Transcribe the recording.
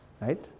right